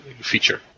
feature